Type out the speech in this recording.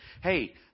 hey